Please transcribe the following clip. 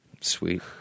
Sweet